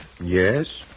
Yes